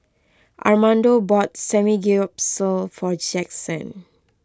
Armando bought Samgeyopsal for Jaxson